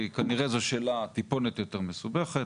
כי כנראה זו שאלה טיפונת מסובכת,